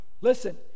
Listen